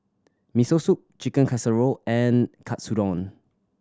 Miso Soup Chicken Casserole and Katsudon